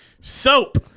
Soap